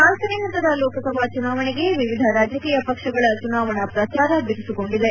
ನಾಲ್ಕನೇ ಹಂತದ ಲೋಕಸಭಾ ಚುನಾವಣೆಗೆ ವಿವಿಧ ರಾಜಕೀಯ ಪಕ್ಷಗಳ ಚುನಾವಣಾ ಪ್ರಚಾರ ಬಿರುಸುಗೊಂಡಿದೆ